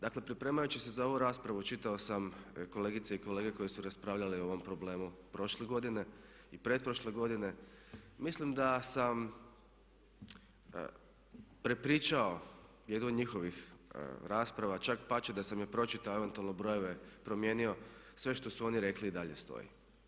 Dakle, pripremajući se za ovu raspravu čitao sam kolegice i kolege koji su raspravljali o ovom problemu prošle godine i pretprošle godine, mislim da sam prepričao jednu od njihovih rasprava, čak pače da sam i pročitao eventualno brojeve promijenio, sve što su oni rekli i dalje stoji.